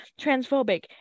transphobic